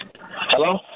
Hello